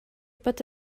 bod